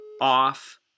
off